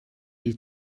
die